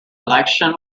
election